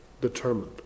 determined